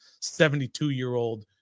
72-year-old